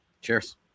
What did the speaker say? Cheers